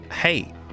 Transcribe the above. Hey